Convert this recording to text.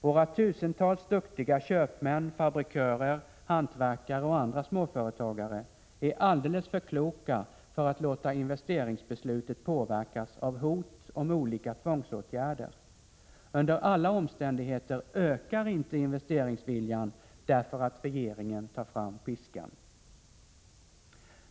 Våra tusentals duktiga köpmän, fabrikörer, hantverkare och andra småföretagare är alldeles för kloka för att låta investeringsbeslutet påverkas av hot om olika tvångsåtgärder. Under alla omständigheter ökar inte investeringsviljan därför att regeringen tar fram piskan.